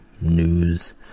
news